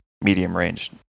medium-range